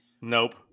Nope